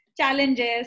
challenges